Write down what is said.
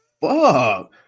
fuck